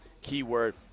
keyword